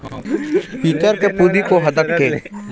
माटी के घर ह भोसकय झन कहिके मोठ मोठ लकड़ी के मियार बनाए जाथे